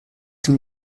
dem